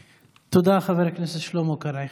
תודה, חבר הכנסת שלמה קרעי.